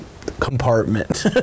Compartment